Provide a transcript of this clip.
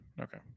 Okay